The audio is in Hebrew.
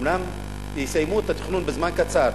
אומנם הם יסיימו את התכנון בזמן קצר,